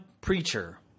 preacher